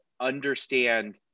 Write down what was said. understand